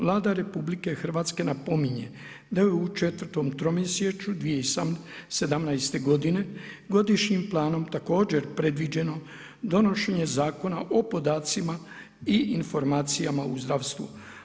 Vlada RH napominje da je u 4 tromjesečju 2018. godine godišnjim planom također predviđeno donošenje Zakona o podacima i informacijama u zdravstvu.